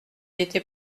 était